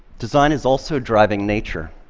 design is also driving nature.